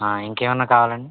ఇంకేమన్నా కావాలండి